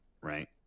right